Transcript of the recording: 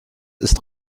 ist